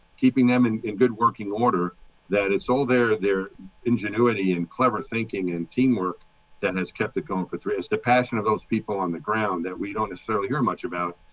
keeping them in in good working order that it's all there. their ingenuity and clever thinking and teamwork that has kept it going for three is the passion of those people on the ground that we don't necessarily hear much about.